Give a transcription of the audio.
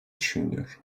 düşünülüyor